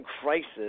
crisis